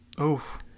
Oof